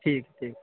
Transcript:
ٹھیک ٹھیک